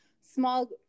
small